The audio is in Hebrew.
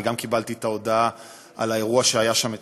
גם אני קיבלתי את ההודעה על האירוע שהיה שם אתמול.